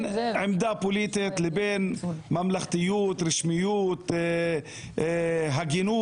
בין עמדה פוליטית לבין ממלכתיות, רשמיות, הגינות.